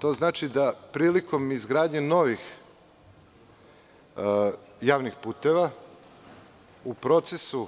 To znači da prilikom izgradnje novih javnih puteva, u procesu